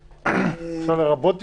אפשר "לרבות תיקונים".